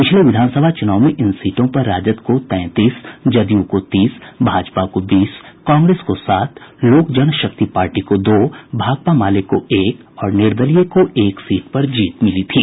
पिछले विधानसभा चुनाव में इन सीटों पर राजद को तैंतीस जदयू को तीस भाजपा को बीस कांग्रेस को सात लोक जनशक्ति पार्टी को दो भाकपा माले को एक और निर्दलीय को एक सीट पर जीत मिली थी